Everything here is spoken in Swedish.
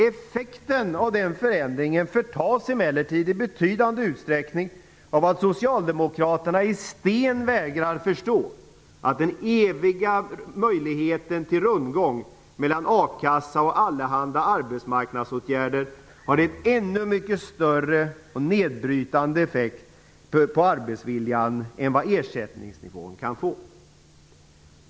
Effekten av den förändringen förtas emellertid i betydande utsträckning av vad Socialdemokraterna i sten vägrar förstå: att den eviga möjligheten till rundgång mellan a-kassa och allehanda arbetsmarknadsåtgärder har ännu större nedbrytande effekt på arbetsviljan än vad ersättningsnivån kan få.